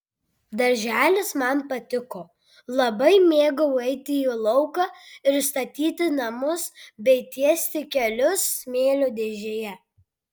darželis man patiko labai mėgau eiti į lauką ir statyti namus bei tiesti kelius smėlio dėžėje